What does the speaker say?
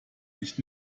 ich